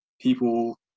people